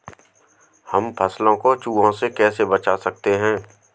हम फसलों को चूहों से कैसे बचा सकते हैं?